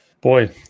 Boy